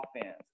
offense